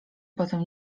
potem